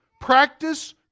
practice